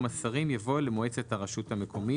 "השרים" יבוא "למועצת הרשות המקומית".